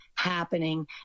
happening